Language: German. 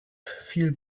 fiel